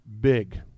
big